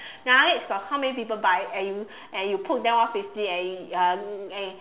Laneige got how many people buy and you and you put them off fifty and it uh and it